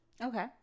Okay